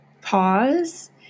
pause